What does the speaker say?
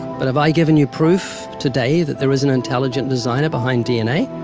but have i given you proof today that there is an intelligent designer behind dna?